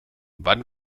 wann